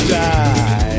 die